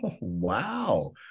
wow